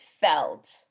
felt